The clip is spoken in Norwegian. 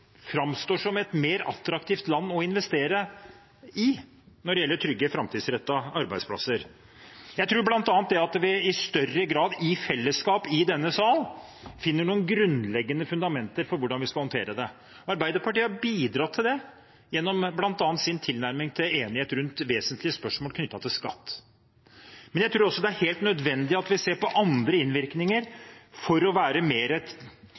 framstår som et mer attraktivt land å investere i når det gjelder trygge framtidsrettede arbeidsplasser? Jeg tror bl.a. at vi i større grad i fellesskap i denne sal må finne noen grunnleggende fundamenter for hvordan vi skal håndtere det. Arbeiderpartiet har bidratt til det gjennom bl.a. sin tilnærming til enighet rundt vesentlige spørsmål knyttet til skatt. Men jeg tror også det er helt nødvendig at vi ser på andre innvirkninger for å